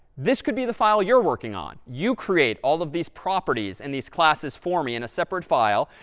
this could be the file you're working on. you create all of these properties and these classes for me in a separate file.